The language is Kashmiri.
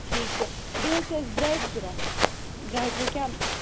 ٹھیٖک چھُ بیٚیہِ حظ چھِ اَسہِ برٛیڈ ضوٚرَتھ برٛیڈ ہیٚکیٛاہ